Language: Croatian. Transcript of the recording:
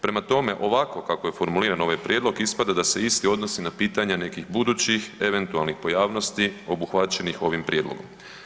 Prema tome, ovako kako je formuliran ovaj prijedlog ispada da se isti odnosi na pitanja nekih budućih eventualnih pojavnosti obuhvaćenih ovim prijedlogom.